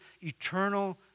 eternal